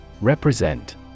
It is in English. Represent